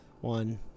one